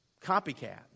copycat